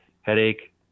Headache